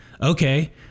Okay